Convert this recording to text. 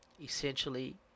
essentially